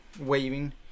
waving